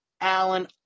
Alan